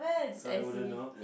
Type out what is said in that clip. so I wouldn't know